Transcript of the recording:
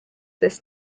this